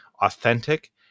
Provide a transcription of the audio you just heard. authentic